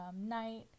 night